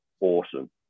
awesome